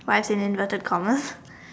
wise in inverted commas